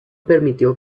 permitió